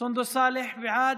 סונדוס סאלח, בעד,